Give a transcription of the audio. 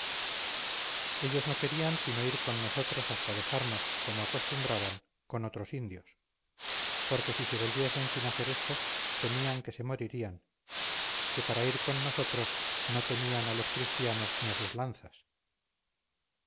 ellos no querían sino ir con nosotros hasta dejarnos como acostumbraban con otros indios porque si se volviesen sin hacer esto temían que se morirían que para ir con nosotros no temían a los cristianos ni a sus lanzas